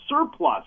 surplus